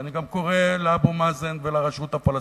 ואני גם קורא לאבו מאזן ולרשות הפלסטינית: